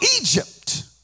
Egypt